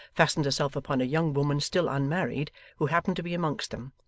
fastened herself upon a young woman still unmarried who happened to be amongst them,